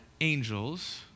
Angels